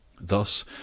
Thus